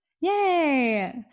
Yay